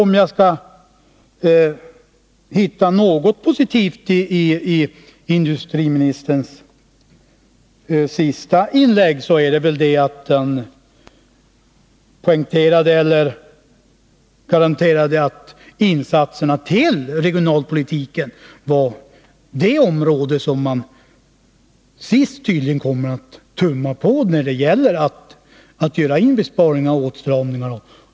24 oktober 1980 En positiv sak i industriministerns senaste inlägg var emellertid att industriministern garanterade att de regionalpolitiska insatserna är det som Om sysselsättninghan tydligen sist kommer att tumma på när det gäller inbesparingar och — en i Västerbottens åtstramningar.